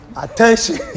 attention